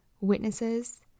witnesses